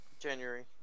January